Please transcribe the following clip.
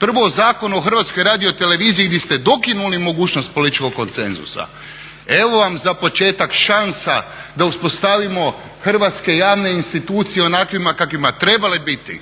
prvo o Zakonu o HRT-u gdje ste dokinuli mogućnost političkog konsenzusa. Evo vam za početak šansa da uspostavimo hrvatske javne institucije onakvima kakvima bi trebale biti